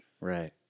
Right